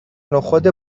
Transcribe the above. نخود